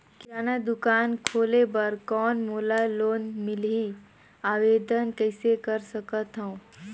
किराना दुकान खोले बर कौन मोला लोन मिलही? आवेदन कइसे कर सकथव?